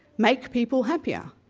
make people happier?